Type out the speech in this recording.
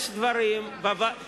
חבר הכנסת